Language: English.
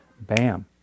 Bam